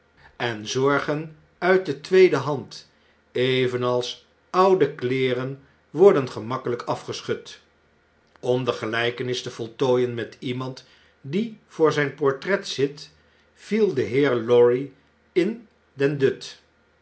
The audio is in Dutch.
en zorgen uit de tweede hand evenals oude kleeren worden gemakkelnk afgeschud om de gelflkenis te voltooien met iemand die voor zijn portret zit viel de heer lorry in den dut